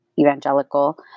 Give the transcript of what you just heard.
evangelical